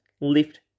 Lift